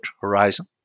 horizon